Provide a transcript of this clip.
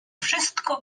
wszystko